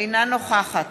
אינה נוכחת